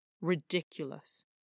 ridiculous